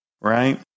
right